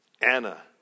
Anna